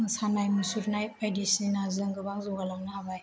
मोसानाय मुसुरनाय बायदिसिनाजों गोबां जौगा लांनो हाबाय